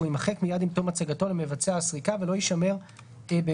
והוא יימחק מיד עם תום הצגתו למבצע הסריקה ולא יישמר באמצעי